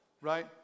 right